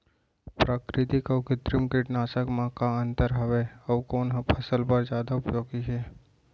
प्राकृतिक अऊ कृत्रिम कीटनाशक मा का अन्तर हावे अऊ कोन ह फसल बर जादा उपयोगी हे?